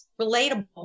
relatable